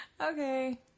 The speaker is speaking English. Okay